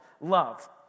love